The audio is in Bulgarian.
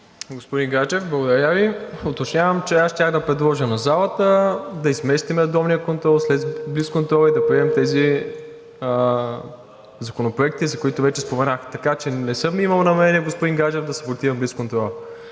Господин Гаджев, благодаря Ви. Уточнявам, че аз щях да предложа на залата да изместим редовния контрол след блицконтрола и да приемем тези законопроекти, за които вече споменах, така че не съм имал намерение, господин Гаджев, да саботирам блицконтрола.